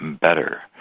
better